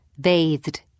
bathed